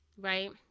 right